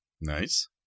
Nice